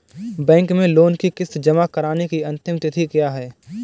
Bank में loan की किश्त जमा कराने की अंतिम तिथि क्या है?